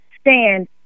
stand